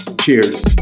Cheers